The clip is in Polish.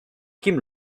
kim